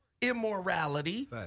immorality